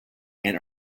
and